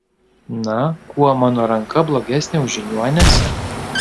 na kuo mano ranka blogesnė už žiniuonės